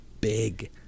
big